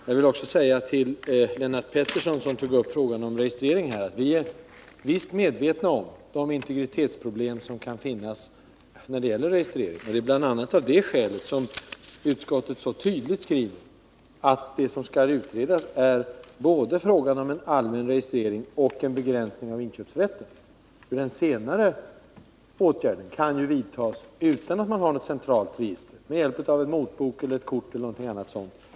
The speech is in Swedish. Jag vill säga till Lennart Pettersson, som tog upp frågan om registrering, att vi i socialutskottet är medvetna om de integritetsproblem som han nämnde. Det är bl.a. av det skälet som utskottet så tydligt skriver, att det som skall utredas är både frågan om en allmän registrering och frågan om en begränsning av inköpsrätten. Den senare åtgärden kan ju vidtas utan att man har något centralt register, med hjälp av en motbok, ett kort e. d.